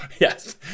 Yes